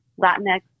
Latinx